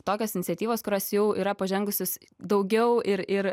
tokios iniciatyvos kurios jau yra pažengusios daugiau ir ir